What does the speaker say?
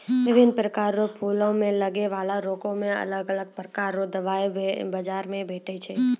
बिभिन्न प्रकार रो फूलो मे लगै बाला रोगो मे अलग अलग प्रकार रो दबाइ बाजार मे भेटै छै